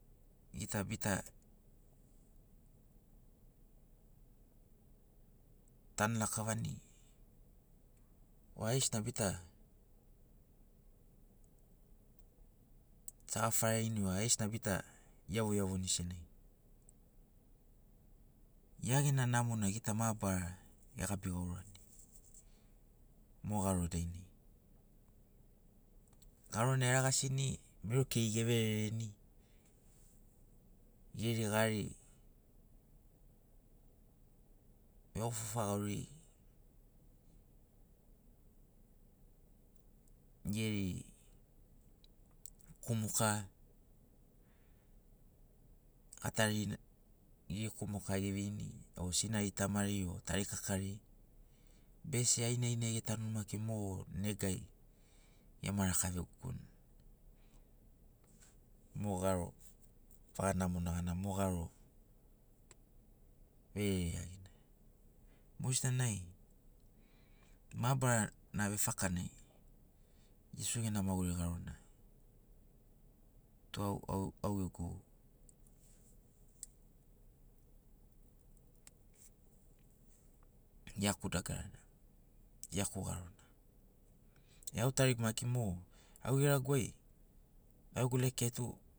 Ḡita bita tanu lakavani o aiḡesina bita saḡafaraini o aiḡesina bita iauvoiauvoni senaḡi ḡia ḡena namona ḡita mabarara eḡabi ḡaurani mo ḡaro dainai ḡarona eraḡasi mero keiri everereni ḡeri gari veḡofaḡofa ḡauri ḡeri kumuka gatari ḡeri kumuka eveini o sinari tamari o tarikakari bese ainai ainai etanuni maki mo negai ema raka vegogoni mo ḡaro vaḡa namona ḡana mo ḡaro verere iaḡina moḡesina nai mabarana vefakanai iesu ḡena maḡuri ḡarona tu au ḡegu iaku dagarana iaku ḡarona e au tarigu maki mo au ḡereḡagu ai au ḡegu leke ai tu